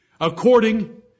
according